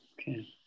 Okay